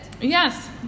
Yes